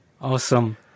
Awesome